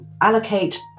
allocate